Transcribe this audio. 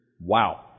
wow